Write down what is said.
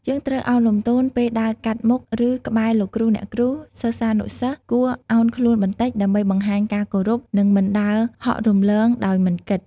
យើងត្រូវឱនលំទោន ពេលដើរកាត់មុខ ឬក្បែរលោកគ្រូ អ្នកគ្រូ សិស្សានុសិស្សគួរឱនខ្លួនបន្តិច ដើម្បីបង្ហាញការគោរព និងមិនដើរហក់រំលងដោយមិនគិត។